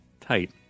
tight